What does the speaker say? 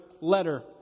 letter